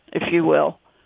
if you will.